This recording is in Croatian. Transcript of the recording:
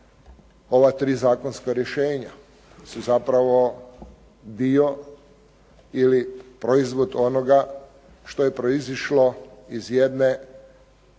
ova tri zakonska rješenja su zapravo dio ili proizvod onoga što je proizašlo iz jedne,